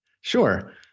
Sure